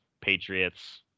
Patriots